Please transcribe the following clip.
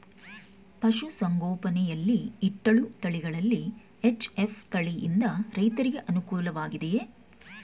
ಪಶು ಸಂಗೋಪನೆ ಯಲ್ಲಿ ಇಟ್ಟಳು ತಳಿಗಳಲ್ಲಿ ಎಚ್.ಎಫ್ ತಳಿ ಯಿಂದ ರೈತರಿಗೆ ಅನುಕೂಲ ವಾಗಿದೆಯೇ?